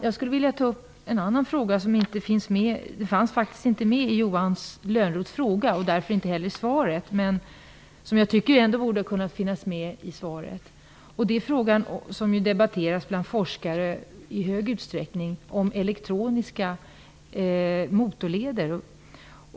Jag skulle vilja ta upp en fråga som inte fanns med i Johan Lönnroths interpellation och därför inte heller i svaret men som jag tycker ändå borde ha kunnat finnas med i detta. Det gäller en fråga som debatteras mycket bland forskare, nämligen elektroniska motorvägar.